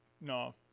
no